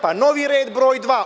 Pa, novi red broj dva.